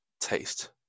taste